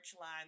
line